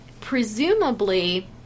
presumably